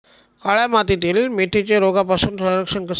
काळ्या मातीतील मेथीचे रोगापासून संरक्षण कसे करावे?